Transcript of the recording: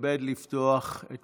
דברי הכנסת חוברת כ"ט